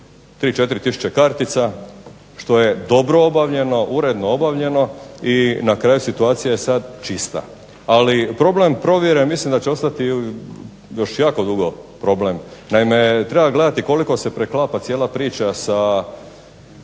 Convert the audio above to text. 3, 4000 kartica što je dobro obavljeno, uredno obavljeno i na kraju situacija je sad itd. Ali problem provjere ja mislim da će ostati još jako dugo problem. Naime, treba gledati koliko se preklapa cijela priča sa